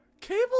cable